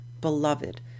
beloved